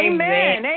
Amen